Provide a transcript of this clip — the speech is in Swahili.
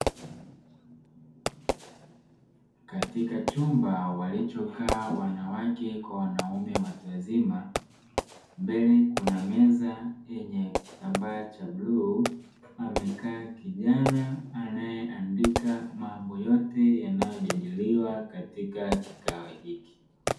Katika chumba walichokaa wanawake kwa wanaume watu wazima, Mbele kuna meza yenye kitambaa cha bluu, amekaa kijana anaeandika mambo yote yanayojadiliwa katika kikao hiki.